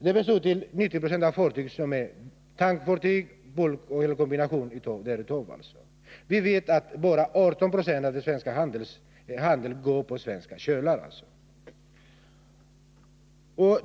Den består till 90 26 av tankfartyg och bulkfartyg eller av fartyg som är en kombination av dessa båda typer. Vi vet också att bara 18 90 av den svenska handeln går på svenska kölar.